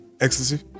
Ecstasy